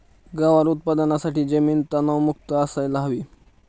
गवार उत्पादनासाठी जमीन तणमुक्त असायला हवी